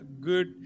good